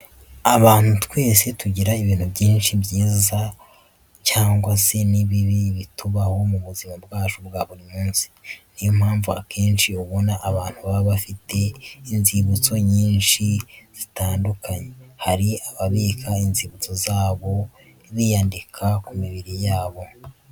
Abantu twese tugira ibintu byinshi byiza cyangwa se n'ibibi bitubaho mu buzima bwacu bwa buri munsi. Ni yo mpamvu akenshi ubona abantu baba bafite inzibutso nyinshi zitandukanye. Hari ababika inzibutso zabo biyandika ku mibiri yabo.